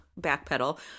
backpedal